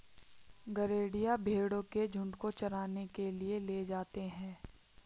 गरेड़िया भेंड़ों के झुण्ड को चराने के लिए ले जाता है